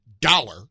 dollar